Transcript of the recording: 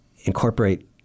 incorporate